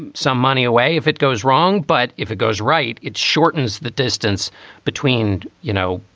and some money away if it goes wrong. but if it goes right, it shortens the distance between, you know,